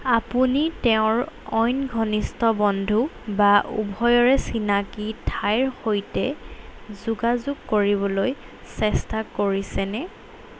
আপুনি তেওঁৰ অইন ঘনিষ্ঠ বন্ধু বা উভয়ৰে চিনাকি ঠাইৰ সৈতে যোগাযোগ কৰিবলৈ চেষ্টা কৰিছেনে